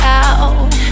out